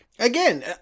Again